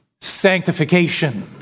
sanctification